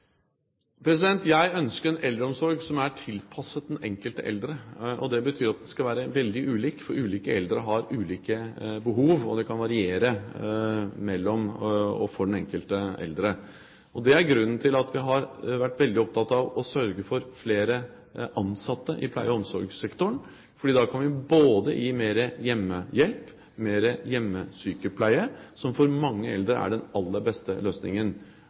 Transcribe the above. Jeg ønsker en eldreomsorg som er tilpasset den enkelte eldre, og det betyr at det skal være veldig ulikt, for ulike eldre har ulike behov, og det kan også variere for den enkelte eldre. Det er grunnen til at vi har vært veldig opptatt av å sørge for flere ansatte i pleie- og omsorgssektoren, for da kan vi både gi mer hjemmehjelp og mer hjemmesykepleie, som for mange eldre er den aller beste løsningen.